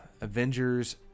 Avengers